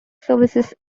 services